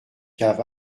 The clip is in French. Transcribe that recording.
cave